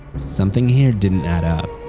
something here didn't add up.